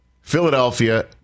Philadelphia